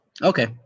Okay